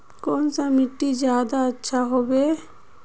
कौन सा मिट्टी ज्यादा अच्छा होबे है?